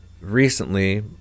recently